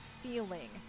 feeling